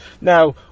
Now